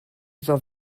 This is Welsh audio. iddo